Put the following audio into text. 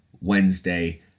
Wednesday